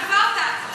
ואז נקבע אותה,